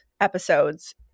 episodes